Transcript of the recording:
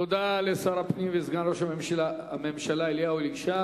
תודה לשר הפנים וסגן ראש הממשלה אליהו ישי.